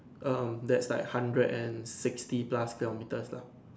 um that's like hundred and sixty plus kilometres long